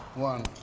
one,